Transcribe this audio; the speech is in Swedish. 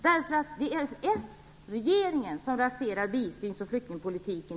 Det är s-regeringen som i dag raserar bistånds och flyktingpolitiken.